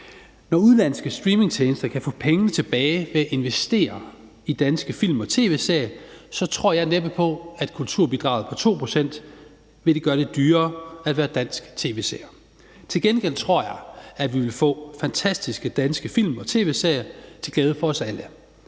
Når udenlandske streamingtjenester kan få penge tilbage ved at investere i danske film og tv-serier, tror jeg næppe på, at kulturbidraget på 2 pct. vil gøre det dyrere at være dansk tv-seer. Til gengæld tror jeg, at vi vil få fantastiske danske film og tv-serier til glæde for os alle.